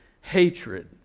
hatred